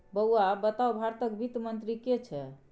बौआ बताउ भारतक वित्त मंत्री के छै?